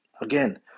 again